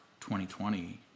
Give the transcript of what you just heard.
2020